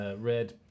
red